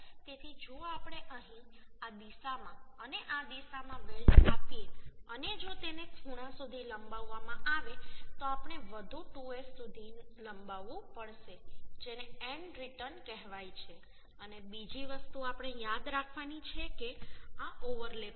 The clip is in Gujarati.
તેથી જો આપણે અહીં આ દિશામાં અને આ દિશામાં વેલ્ડ આપીએ અને જો તેને ખૂણા સુધી લંબાવવામાં આવે તો આપણે વધુ 2S સુધી લંબાવવું પડશે જેને એન્ડ રીટર્ન કહેવાય છે અને બીજી વસ્તુ આપણે યાદ રાખવાની છે કે આ ઓવરલેપ છે